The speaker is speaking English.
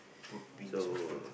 put wings all these